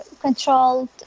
controlled